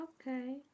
Okay